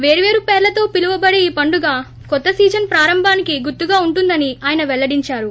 వేర్వేరు పేర్లతో పిలువబడే ఈ పండుగ కొత్త సీజన్ ప్రారంభానికి గుర్తుగా ఉంటుందని ఆయన పెల్లడించారు